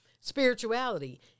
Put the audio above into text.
Spirituality